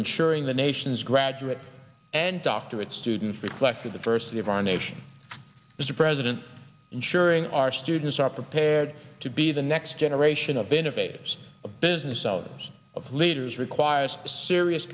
ensuring the nation's graduate and doctorate students reflect the diversity of our nation mr president ensuring our students are prepared to be the next generation of innovators the business owners of leaders requires serious